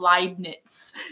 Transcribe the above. Leibniz